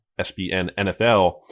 SBNNFL